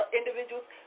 individuals